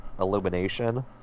Illumination